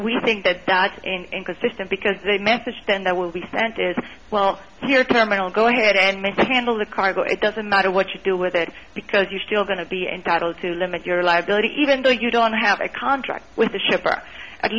we think that that's inconsistent because the message then that will be sent as well here terminal go ahead and make to handle the cargo it doesn't matter what you do with it because you're still going to be entitled to limit your liability even though you don't have a contract with the ship or at